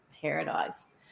paradise